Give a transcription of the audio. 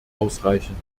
ausreichend